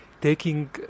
taking